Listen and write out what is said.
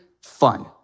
fun